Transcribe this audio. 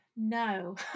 No